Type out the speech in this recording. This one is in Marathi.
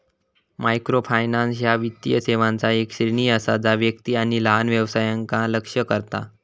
मायक्रोफायनान्स ह्या वित्तीय सेवांचा येक श्रेणी असा जा व्यक्ती आणि लहान व्यवसायांका लक्ष्य करता